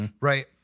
Right